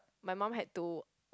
my mum had to